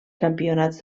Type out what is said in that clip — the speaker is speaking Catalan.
campionats